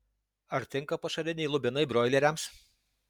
ar tinka pašariniai lubinai broileriams